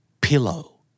Pillow